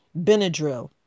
Benadryl